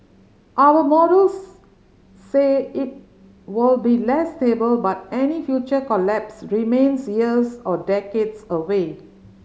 our models say it will be less stable but any future collapse remains years or decades away